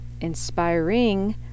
inspiring